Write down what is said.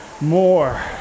more